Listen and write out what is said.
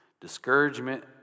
Discouragement